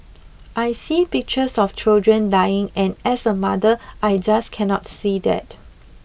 I see pictures of children dying and as a mother I just cannot see that